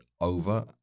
over